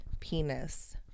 penis